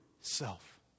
self